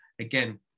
again